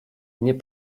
nie